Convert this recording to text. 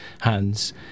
hands